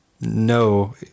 no